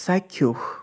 চাক্ষুষ